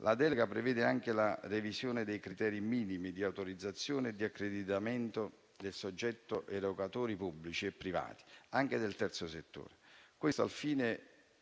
La delega prevede anche la revisione dei criteri minimi di autorizzazione e accreditamento per soggetti erogatori pubblici e privati, anche del terzo settore. Questo al fine